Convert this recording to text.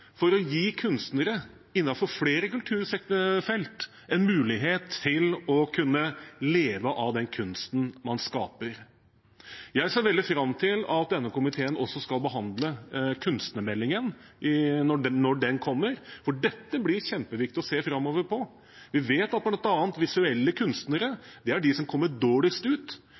for å gi kunstnere innenfor flere kulturfelt en mulighet til å kunne leve av den kunsten man skaper. Jeg ser veldig fram til at denne komiteen skal behandle kunstnermeldingen når den kommer, for dette blir det kjempeviktig å se på framover. Vi vet bl.a. at visuelle kunstnere er dem som kommer dårligst ut.